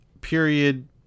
period